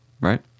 Right